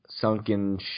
sunken